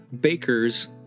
Baker's